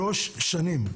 שלוש שנים.